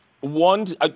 One